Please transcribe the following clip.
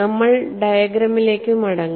നമ്മൾ ഡയഗ്രാമിലേക്ക് മടങ്ങണം